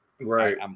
Right